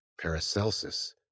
Paracelsus